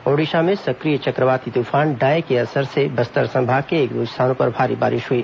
ओडिशा में सक्रिय चक्रवाती तूफान डाए के असर से बस्तर संभाग के एक दो स्थानों पर भारी बारिश हई